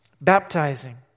Baptizing